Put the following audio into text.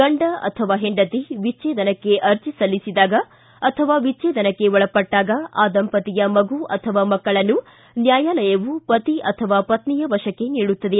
ಗಂಡ ಅಥವಾ ಹೆಂಡತಿ ವಿಜ್ವೇಧನಕ್ಕೆ ಅರ್ಜಿ ಸಲ್ಲಿಸಿದಾಗ ಅಥವಾ ವಿಜ್ವೇಧನಕ್ಕೆ ಒಳಪಟ್ಟಾಗ ಆ ದಂಪತಿಯ ಮಗು ಅಥವಾ ಮಕ್ಕಳನ್ನು ನ್ವಾಯಾಲಯವು ಪತಿ ಅಥವಾ ಪತ್ನಿಯ ವಶಕ್ಷೆ ನೀಡುತ್ತದೆ